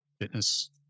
fitness